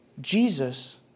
Jesus